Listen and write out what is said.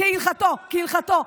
כהלכתו, כהלכתו.